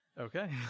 Okay